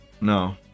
No